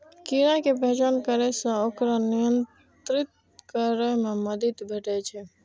कीड़ा के पहचान करै सं ओकरा नियंत्रित करै मे मदति भेटै छै